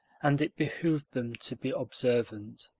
and it behooved them to be observant.